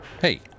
Hey